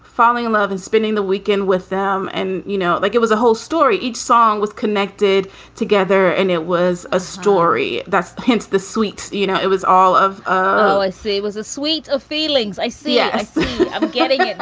falling in love and spending the weekend with them. and, you know, like it was a whole story. each song was connected together and it was a story that's hence the sweet. you know, it was all of oh, i see. it was a suite of feelings i see yeah it getting